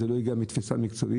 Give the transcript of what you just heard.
זה לא הגיע מתפיסה מקצועית,